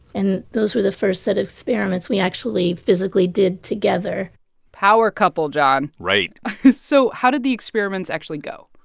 and those were the first set of experiments we actually physically did together power couple, jon right so how did the experiments actually go?